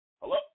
Hello